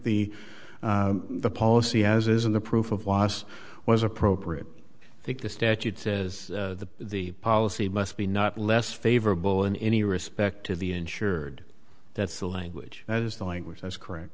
think the policy has isn't the proof of loss was appropriate i think the statute says that the policy must be not less favorable in any respect to the insured that's the language that is the language that's correct